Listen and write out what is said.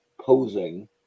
posing